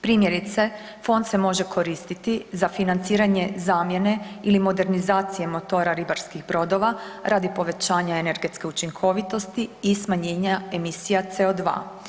Primjerice fond se može koristiti za financiranje zamjene ili modernizacije motora ribarskih brodova radi povećanja energetske učinkovitosti i smanjenja emisija CO2.